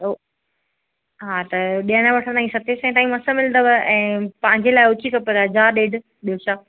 हा त ॾियणु वठणु जी सते सवें ताईं मस मिलंदव ऐं पंहिंजे लाइ उची खपेव हज़ार ॾेढि ॿियो छा